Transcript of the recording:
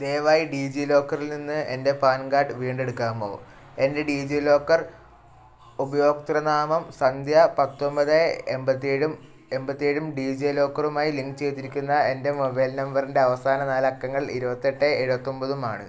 ദയവായി ഡിജിലോക്കറിൽ നിന്ന് എൻ്റെ പാൻ കാർഡ് വീണ്ടെടുക്കാമോ എൻ്റെ ഡിജിലോക്കർ ഉപഭോക്തൃനാമം സന്ധ്യ പത്തൊമ്പത് എൺപത്തി ഏഴും എൺപത്തി ഏഴും ഡിജിലോക്കറുമായി ലിങ്ക് ചെയ്തിരിക്കുന്ന എൻ്റെ മൊബൈൽ നമ്പറിൻ്റെ അവസാന നാല് അക്കങ്ങൾ ഇരുപത്തി എട്ട് എഴുപത്തി ഒമ്പതും ആണ്